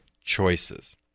choices